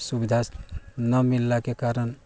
सुविधा ना मिललाके कारण